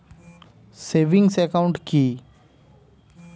Savings account কি?